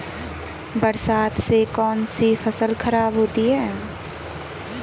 बरसात से कौन सी फसल खराब होती है?